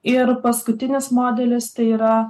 ir paskutinis modelis tai yra